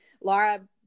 Laura